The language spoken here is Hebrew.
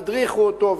והדריכו אותו,